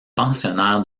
pensionnaires